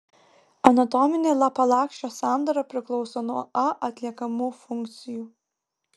anatominė lapalakščio sandara priklauso nuo a atliekamų funkcijų